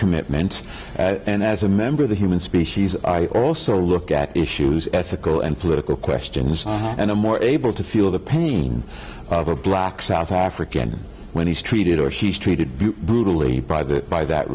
commitment and as a member of the human species i also look at issues ethical and political questions and i'm more able to feel the pain of a black south african when he's treated or he's treated be brutally private by that